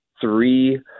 Three